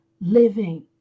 living